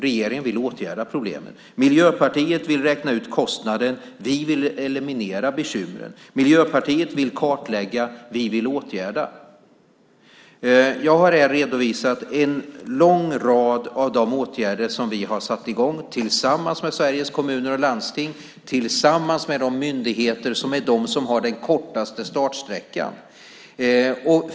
Regeringen vill åtgärda problemet. Miljöpartiet vill räkna ut kostnaden. Vi vill eliminera bekymren. Miljöpartiet vill kartlägga. Vi vill åtgärda. Jag har redovisat en lång rad åtgärder som vi har satt i gång tillsammans med Sveriges Kommuner och Landsting, tillsammans med de myndigheter som har den kortaste startsträckan.